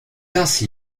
ainsi